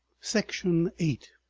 section eight